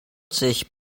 sich